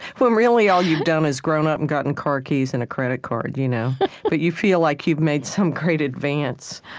when really, all you've done is grown up and gotten car keys and a credit card. you know but you feel like you've made some great advance